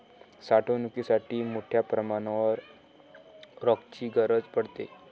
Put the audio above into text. साठवणुकीसाठी मोठ्या प्रमाणावर रॅकची गरज पडते